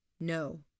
No